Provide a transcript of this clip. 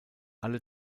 alle